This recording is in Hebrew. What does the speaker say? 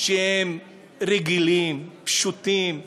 שהם רגילים, פשוטים,